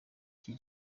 iki